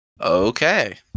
Okay